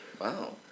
Wow